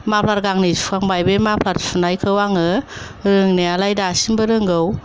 माफ्लार गाननै सुखांबाय बे माफ्लार सुनायखौ आङो रोंनायालाय दासिमबो रोंगौ